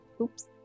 oops